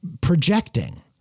projecting